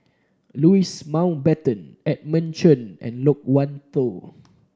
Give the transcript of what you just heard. Louis Mountbatten Edmund Chen and Loke Wan Tho